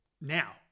Now